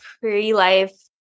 pre-life